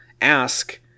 ask